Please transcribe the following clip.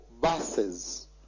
buses